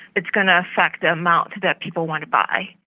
it's going to affect the amount that people want to buy.